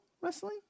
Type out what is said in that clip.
wrestling